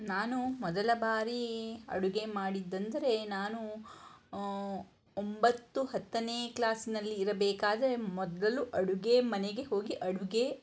ನಾನು ಮೊದಲ ಬಾರೀ ಅಡುಗೆ ಮಾಡಿದ್ದಂದರೆ ನಾನು ಒಂಬತ್ತು ಹತ್ತನೇ ಕ್ಲಾಸಿನಲ್ಲಿ ಇರಬೇಕಾದರೆ ಮೊದಲು ಅಡುಗೆ ಮನೆಗೆ ಹೋಗಿ ಅಡುಗೆ